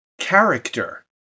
character